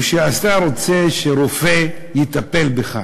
או כשהשר רוצה שרופא יטפל בו,